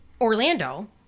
Orlando